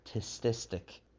statistic